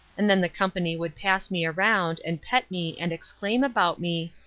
and then the company would pass me around and pet me and exclaim about me,